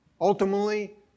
Ultimately